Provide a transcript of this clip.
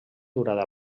durada